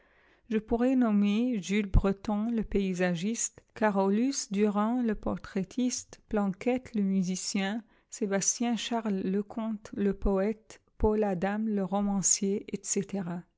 je pourrais nommer jules breton le paysagiste carolus duran le portraitiste planquette le musicien sébastien charles leconte le poète paul adam le romancier etc